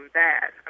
bad